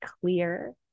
clear